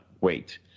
wait